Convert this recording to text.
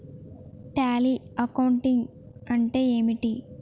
Tally accounting అంటే ఏమిటి?